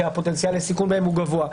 שהפוטנציאל לסיכון בהם הוא גבוה.